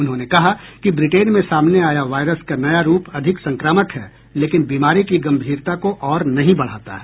उन्होंने कहा कि ब्रिटेन में सामने आया वायरस का नया रूप अधिक संक्रामक है लेकिन बीमारी की गंभीरता को और नहीं बढ़ाता है